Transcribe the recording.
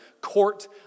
court